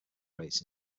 rates